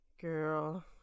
girl